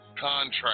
Contract